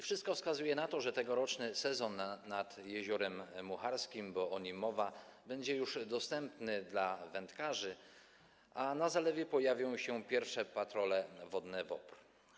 Wszystko wskazuje na to, że tegoroczny sezon nad Jeziorem Mucharskim, bo o nim mowa, będzie już dostępny dla wędkarzy, a na zalewie pojawią się pierwsze patrole wodne WOPR.